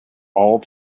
all